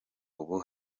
ubu